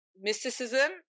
mysticism